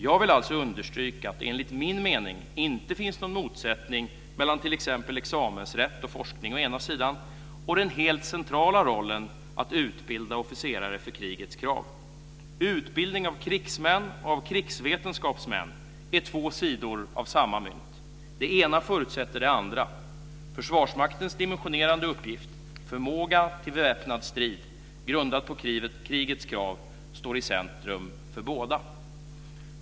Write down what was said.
Jag vill alltså understryka att det enligt min mening inte finns någon motsättning mellan t.ex. examensrätt och forskning å ena sidan och den helt centrala rollen att utbilda officerare för krigets krav å andra sidan. Utbildning av krigsmän och av krigsvetenskapsmän är två sidor av samma mynt. Det ena förutsätter det andra. Försvarsmaktens dimensionerande uppgift - förmågan till väpnad strid - grundad på krigets krav står i centrum för båda.